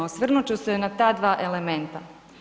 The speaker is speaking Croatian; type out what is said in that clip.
Osvrnut ću se na ta dva elementa.